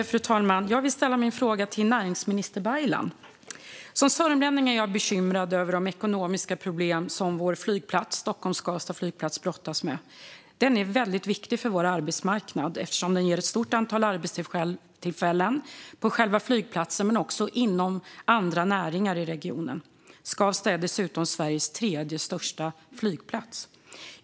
Fru talman! Jag vill ställa min fråga till näringsminister Baylan. Som sörmlänning är jag bekymrad över de ekonomiska problem som vår flygplats, Stockholm Skavsta Flygplats, brottas med. Den är väldigt viktig för vår arbetsmarknad, eftersom den ger ett stort antal arbetstillfällen på själva flygplatsen men också inom andra näringar i regionen. Skavsta är dessutom Sveriges tredje största flygplats.